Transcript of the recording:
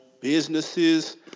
businesses